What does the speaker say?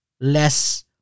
less